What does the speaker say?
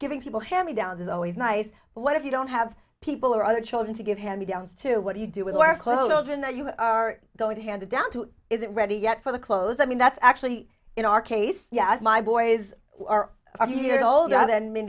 giving people have a down is always nice but what if you don't have people or other children to give hand me downs to what do you do with your clothes in that you are going to hand it down to isn't ready yet for the clothes i mean that's actually in our case yes my boy is five years older than me